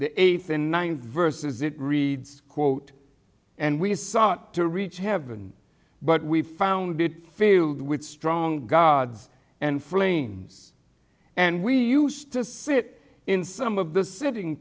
the eighth and ninth verses it reads quote and we sought to reach heaven but we found it filled with strong gods and flames and we used to sit in some of the sitting